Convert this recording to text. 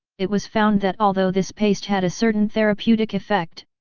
it was found that although this paste had a certain therapeutic effect,